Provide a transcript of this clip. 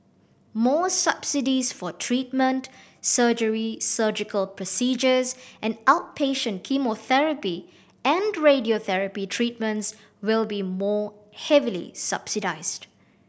more subsidies for treatment surgery surgical procedures and outpatient chemotherapy and radiotherapy treatments will be more heavily subsidised